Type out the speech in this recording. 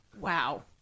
Wow